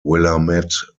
willamette